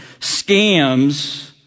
scams